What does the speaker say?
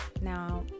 Now